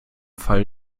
fall